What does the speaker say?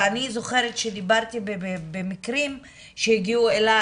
ואני זוכרת שטיפלתי שבמקרים שהגיעו אליי